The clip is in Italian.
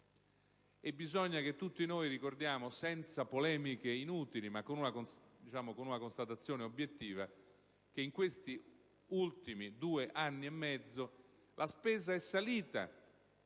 è necessario sottolineare, senza polemiche inutili, ma con una constatazione obiettiva, che in questi ultimi due anni e mezzo la spesa è salita,